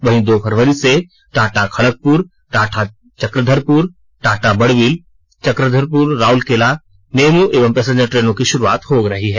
वहीं दो फरवरी से टाटा खडगपुर टाटा चक्रधरपुर टाटा बड़बिल चक्रधरपुर राउरकेला मेमू एवं पैसेंजर ट्रेनों की शुरूआत हो रही है